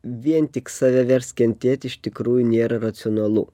vien tik save verst kentėti iš tikrųjų nėra racionalu